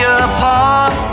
apart